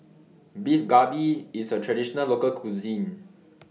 Beef Galbi IS A Traditional Local Cuisine